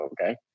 okay